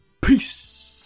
Peace